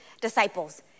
disciples